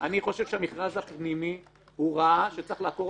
אני חושב שהמכרז הפנימי הוא רעה שצריך לעקור